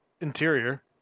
interior